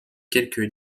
quelques